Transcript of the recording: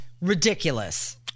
ridiculous